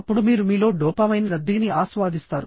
అప్పుడు మీరు మీలో డోపామైన్ రద్దీని ఆస్వాదిస్తారు